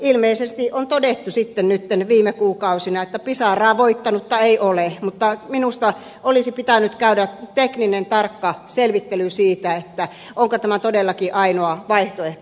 ilmeisesti on todettu viime kuukausina että pisaraa voittanutta ei ole mutta minusta olisi pitänyt käydä tekninen tarkka selvittely siitä onko tämä todellakin ainoa vaihtoehto